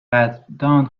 قدردان